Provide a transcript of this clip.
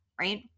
right